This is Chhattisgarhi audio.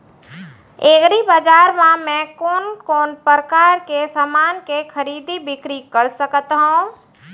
एग्रीबजार मा मैं कोन कोन परकार के समान के खरीदी बिक्री कर सकत हव?